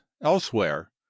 Elsewhere